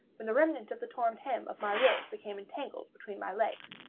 when the remnant of the torn hem of my robe became entangled between my legs.